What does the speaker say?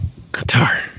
Qatar